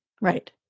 Right